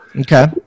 Okay